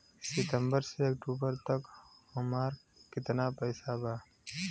सितंबर से अक्टूबर तक हमार कितना पैसा बा?